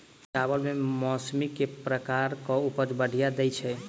चावल म जैसमिन केँ प्रकार कऽ उपज बढ़िया दैय छै?